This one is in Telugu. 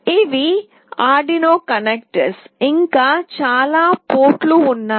ఇవి ఆర్డునో కనెక్టర్లు ఇంకా చాలా పోర్టులు ఉన్నాయి